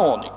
Detta